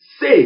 say